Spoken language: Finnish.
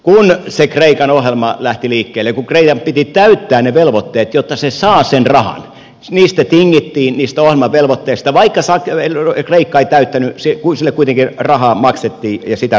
kun se kreikan ohjelma lähti liikkeelle ja kun kreikan piti täyttää ne velvoitteet jotta se saa sen rahan niin niistä ohjelmavelvoitteista tingittiin vaikka kreikka ei täyttänyt niitä kun sille kuitenkin rahaa maksettiin ja sitä rataa tämä homma meni